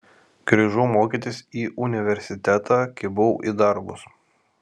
grįžau mokytis į universitetą kibau į darbus